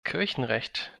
kirchenrecht